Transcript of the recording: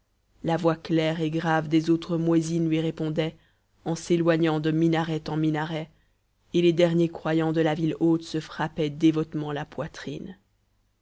la voix claire et grave des autres muezzins lui répondait en s'éloignant de minaret en minaret et les derniers croyants de la ville haute se frappaient dévotement la poitrine